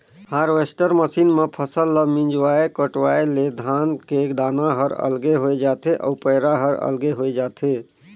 harvester machine म फसल ल मिंजवाय कटवाय ले धान के दाना हर अलगे होय जाथे अउ पैरा हर अलगे होय जाथे